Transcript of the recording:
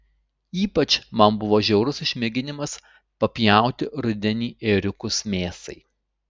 ypač man buvo žiaurus išmėginimas papjauti rudenį ėriukus mėsai